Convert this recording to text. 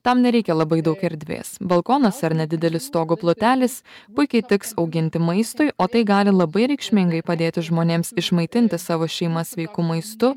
tam nereikia labai daug erdvės balkonas ar nedidelis stogo plotelis puikiai tiks auginti maistui o tai gali labai reikšmingai padėti žmonėms išmaitinti savo šeimą sveiku maistu